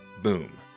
Boom